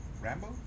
Rambo